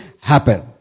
happen